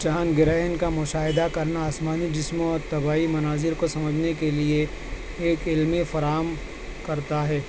چاند گرہن کا مشاہدہ کرنا آسمانی جسموں اور طبعی مناظر کو سمجھنے کے لیے ایک علم فراہم کرتا ہے